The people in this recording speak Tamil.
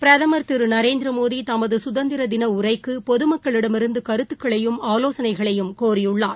பிரதமர் திருநரேந்திரமோடிதமதுசுதந்திரதினஉரைக்குபொதுமக்களிடமிருந்துகருத்துக்களையும் ஆலோசனைகளையும் கோரியுள்ளார்